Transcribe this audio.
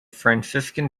franciscan